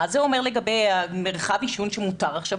מה זה אומר לגבי מרחב העישון שמותר עכשיו?